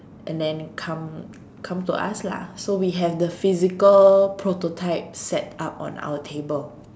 and then come come to us lah so we have the physical prototypes set up on our table